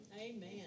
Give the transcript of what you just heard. Amen